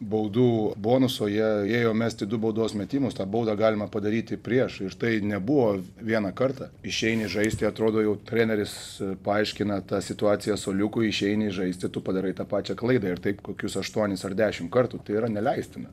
baudų bonuso jie ėjo mesti du baudos metimus tą baudą galima padaryti prieš ir tai nebuvo vieną kartą išeini žaisti atrodo jau treneris paaiškina tą situaciją suoliukui išeini žaisti tu padarai tą pačią klaidą ir taip kokius aštuonis ar dešimt kartų tai yra neleistina